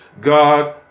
God